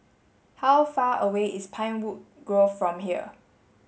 how far away is Pinewood Grove from here